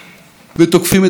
כן, זו מדינה מופלאה.